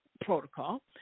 protocol